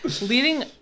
leading